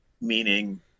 meaning